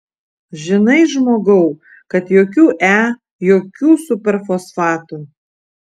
žinai žmogau kad jokių e jokių superfosfatų